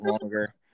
longer